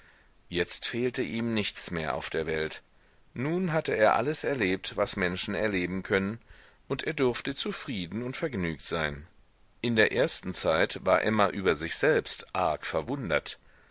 jetzt fehlte ihm nichts mehr auf der welt nun hatte er alles erlebt was menschen erleben können und er durfte zufrieden und vergnügt sein in der ersten zeit war emma über sich selbst arg verwundert